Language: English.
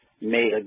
made